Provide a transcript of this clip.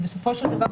ובסופו של דבר,